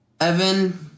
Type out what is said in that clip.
Evan